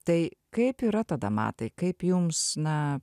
tai kaip yra tada matai kaip jums na